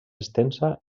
extensa